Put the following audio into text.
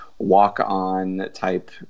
walk-on-type